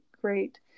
great